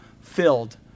filled